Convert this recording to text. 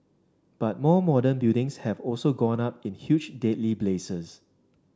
but more modern buildings have also gone up in huge deadly blazes